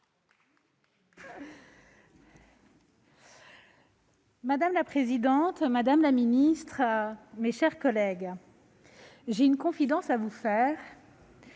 Madame la présidente, madame la ministre, mes chers collègues, j'ai une confidence à vous faire